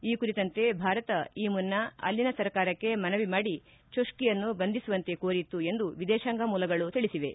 ಈ ಕುರಿತಂತೆ ಭಾರತ ಈ ಮುನ್ನ ಅಲ್ಲಿನ ಸರ್ಕಾರಕ್ಕೆ ಮನವಿ ಮಾಡಿ ಜೊಸ್ತಿಯನ್ನು ಬಂಧಿಸುವಂತೆ ಕೋರಿತ್ತು ಎಂದು ವಿದೇಶಾಂಗ ಮೂಲಗಳು ತಿಳಿಸಿವೆ